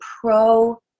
pro